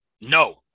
no